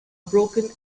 broken